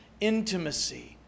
intimacy